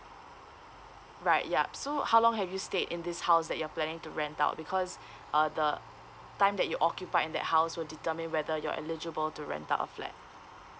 right yup so how long have you stayed in this house that you're planning to rent out because uh the time that you occupied in that house will determine whether you're eligible to rent out a flat